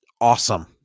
awesome